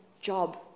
job